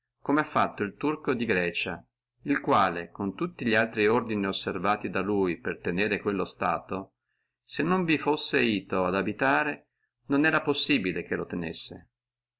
come ha fatto el turco di grecia il quale con tutti li altri ordini osservati da lui per tenere quello stato se non vi fussi ito ad abitare non era possibile che lo tenessi